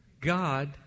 God